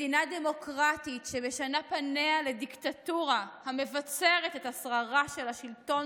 מדינה דמוקרטית שמשנה פניה לדיקטטורה המבצרת את השררה של השלטון,